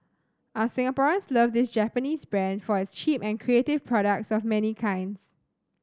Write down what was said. our Singaporeans love this Japanese brand for its cheap and creative products of many kinds